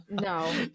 no